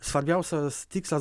svarbiausias tikslas